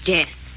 Death